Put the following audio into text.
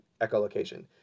echolocation